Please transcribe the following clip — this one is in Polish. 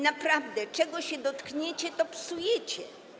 Naprawdę, czego się dotkniecie, to psujecie.